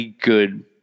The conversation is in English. good